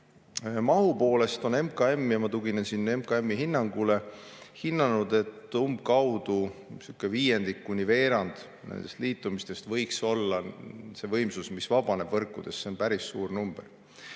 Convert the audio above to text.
mahu poolest hinnanud – ma tuginen siin MKM-i hinnangule –, et umbkaudu viiendik kuni veerand nendest liitumisest võiks olla see võimsus, mis vabaneb võrkudes. See on päris suur number.